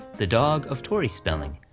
the dog of tori spelling,